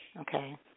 okay